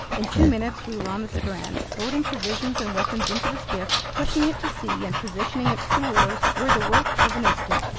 in two minutes we were on the strand. loading provisions and weapons into the skiff, pushing it to sea, and positioning its two oars were the work of an instant.